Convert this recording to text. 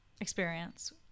experience